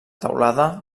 teulada